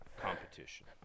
competition